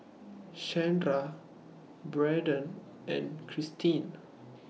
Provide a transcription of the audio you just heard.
Shandra Braden and Christin